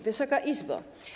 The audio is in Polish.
Wysoka Izbo!